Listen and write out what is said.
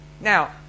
Now